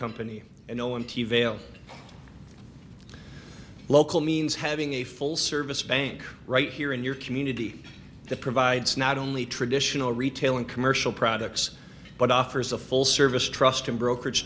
company and no one t v ale local means having a full service bank right here in your community that provides not only traditional retail and commercial products but offers a full service trust in brokerage